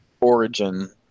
origin